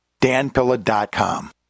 danpilla.com